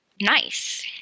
nice